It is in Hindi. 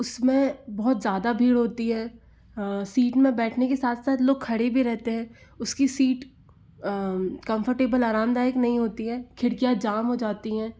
उसमें बहुत ज़्यादा भीड़ होती है सीट में बैठने के साथ साथ लोग खड़े भी रहते हैं उसकी सीट कंफर्टेबल आरामदायक नहीं होती है खिड़कियां जाम हो जाती है